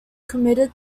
committed